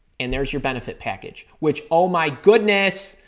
and there's your benefit package. which oh my goodness,